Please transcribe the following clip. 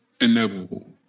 inevitable